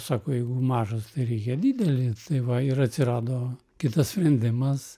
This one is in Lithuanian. sako jeigu mažas tai reikia didelį tai va ir atsirado kitas sprendimas